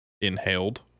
inhaled